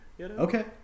Okay